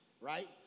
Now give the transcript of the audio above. right